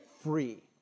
free